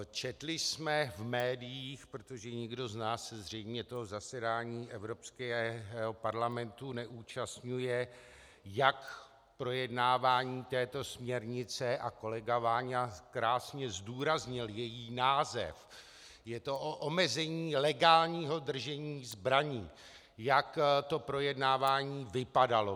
Četli jsme v médiích, protože nikdo z nás se zřejmě toho zasedání Evropského parlamentu nezúčastňuje, jak projednávání této směrnice a kolega Váňa krásně zdůraznil její název, je to o omezení legálního držení zbraní jak to projednávání vypadalo.